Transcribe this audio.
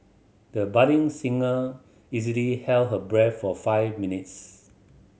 the budding singer easily held her breath for five minutes